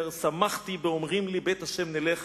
אומר: "שמחתי באמרים לי בית ה' נלך".